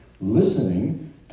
listening